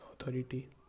Authority